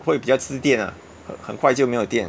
会比较吃点 ah 很很快就没有电